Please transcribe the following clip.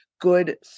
good